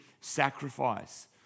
sacrifice